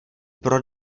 pro